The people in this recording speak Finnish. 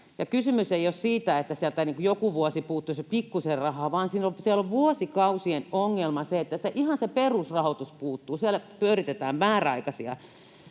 kysymys ei ole siitä, että sieltä joku vuosi puuttuisi pikkuisen rahaa, vaan siellä on vuosikausien ongelma se, että ihan se perusrahoitus puuttuu. Siellä pyöritetään määräaikaisia